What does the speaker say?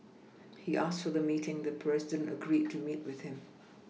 he asked for the meeting the president agreed to meet with him